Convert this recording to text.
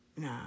Nah